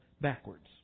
backwards